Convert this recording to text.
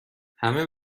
همه